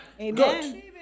Amen